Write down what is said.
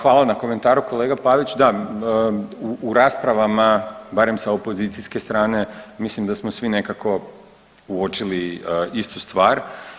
Hvala na komentaru kolega Pavić, da u raspravama barem sa opozicijske strane mislim da smo svi nekako uočili istu stvar.